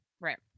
Right